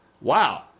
wow